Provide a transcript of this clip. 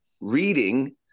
reading